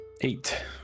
Eight